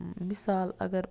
مِثال اَگر